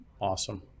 awesome